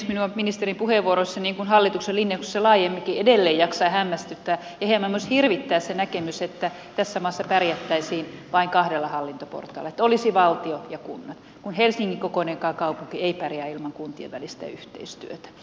minua ministerin puheenvuoroissa niin kuin hallituksen linjauksissa laajemminkin edelleen jaksaa hämmästyttää ja hieman myös hirvittää se näkemys että tässä maassa pärjättäisiin vain kahdella hallintoportaalla että olisi valtio ja kunnat kun helsinginkään kokoinen kaupunki ei pärjää ilman kuntien välistä yhteistyötä